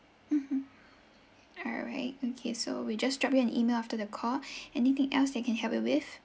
mmhmm all right okay so we'll just drop you an email after the call anything else that can help you with